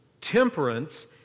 Temperance